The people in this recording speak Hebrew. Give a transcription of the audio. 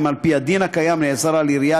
אם על-פי הדין הקיים נאסר על עירייה